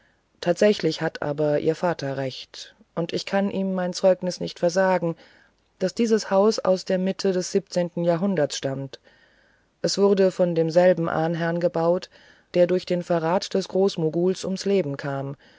tatsächlich hat aber ihr vater recht und ich kann ihm mein zeugnis nicht versagen daß dies haus erst aus der mitte des siebzehnten jahrhunderts stammt es wurde von demselben ahnherrn gebaut der durch den verrat des großmoguls ums leben kam